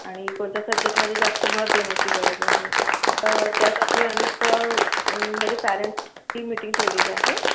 आणि कोणत्या सब्जेक्टमध्ये जास्त भर देण्याची गरज आहे तर त्यासाठी आम्ही एक म्हणजे पॅरेंट्सची मीटिंग ठेवलेली आहे